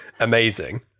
amazing